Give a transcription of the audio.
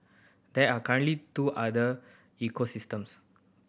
there are currently two other ecosystems